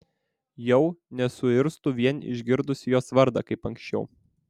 jau nesuirztu vien išgirdusi jos vardą kaip anksčiau